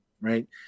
right